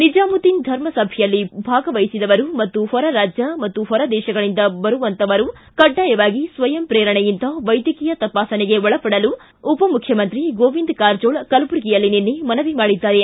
ನಿಜಾಮುದ್ದೀನ್ ಧರ್ಮ ಸಭೆಯಲ್ಲಿ ಭಾಗವಹಿಸಿದವರು ಹಾಗೂ ಹೊರ ರಾಜ್ವ ಮತ್ತು ಹೊರದೇಶಗಳಿಂದ ಬಂದಂತಹವರು ಕಡ್ಡಾಯವಾಗಿ ಸ್ವಯಂ ಪ್ರೇರಣೆಯಿಂದ ವೈದ್ಯಕೀಯ ತಪಾಸಣೆಗೆ ಒಳಪಡಲು ಉಪಮುಖ್ಯಮಂತ್ರಿ ಗೋವಿಂದ ಕಾರಜೋಳ್ ಕಲಬುರಗಿಯಲ್ಲಿ ನಿನ್ನೆ ಮನವಿ ಮಾಡಿದ್ದಾರೆ